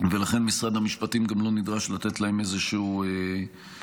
ולכן משרד המשפטים גם לא נדרש לתת להם איזשהו תוקף.